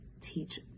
teach